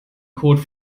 code